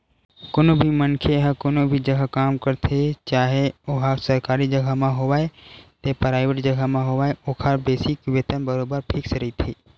कोनो भी मनखे ह कोनो भी जघा काम करथे चाहे ओहा सरकारी जघा म होवय ते पराइवेंट जघा म होवय ओखर बेसिक वेतन बरोबर फिक्स रहिथे